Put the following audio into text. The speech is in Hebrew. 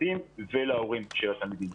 לצוותים ולהורים של התלמידים.